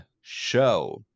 show